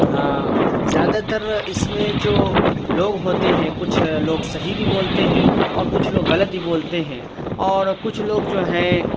زیادہ تر اس میں جو لوگ ہوتے ہیں کچھ لوگ صحیح بھی بولتے ہیں اور کچھ لوگ غلط بھی بولتے ہیں اور کچھ لوگ جو ہیں